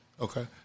Okay